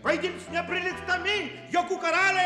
vaidins neprilygdami juokų karaliai